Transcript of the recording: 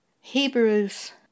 Hebrews